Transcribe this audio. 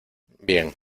bien